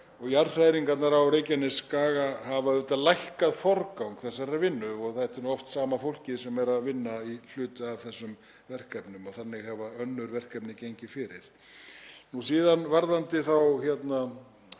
og jarðhræringarnar á Reykjanesskaga hafa auðvitað lækkað forgang þessarar vinnu. Þetta er oft sama fólkið sem er að vinna hluta af þessum verkefnum og þannig hafa önnur verkefni gengið fyrir. Varðandi frekari